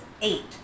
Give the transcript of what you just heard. eight